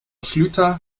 schlüter